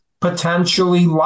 potentially